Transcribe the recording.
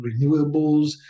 renewables